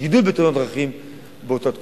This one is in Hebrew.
יש גידול בתאונות הדרכים באותה תקופה.